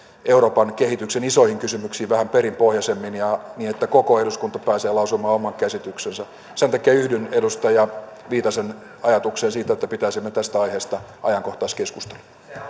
euroopan kehityksen isoihin kysymyksiin vähän perinpohjaisemmin niin että koko eduskunta pääsee lausumaan oman käsityksensä sen takia yhdyn edustaja viitasen ajatukseen siitä että pitäisimme tästä aiheesta ajankohtaiskeskustelun